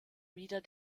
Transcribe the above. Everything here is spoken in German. wieder